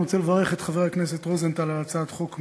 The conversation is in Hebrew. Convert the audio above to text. אני רוצה לברך את חבר הכנסת רוזנטל על הצעת חוק מעולה.